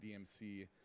dmc